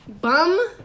Bum